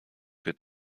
wird